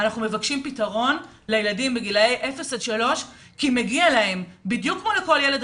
אנחנו מבקשים פתרון לילדים מגיל אפס עד שלוש כי מגיעה להם הזכות